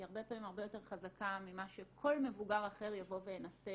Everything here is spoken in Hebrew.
היא הרבה פעמים הרבה יותר חזקה ממה שכל מבוגר אחר יבוא וינסה